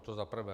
To za prvé.